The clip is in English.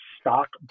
stock